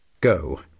Go